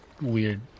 Weird